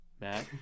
Matt